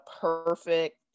perfect